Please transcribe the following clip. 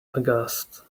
aghast